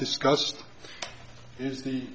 discussed is the